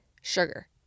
sugar